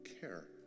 care